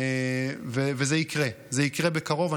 וזה יקרה בקרוב.